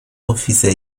officer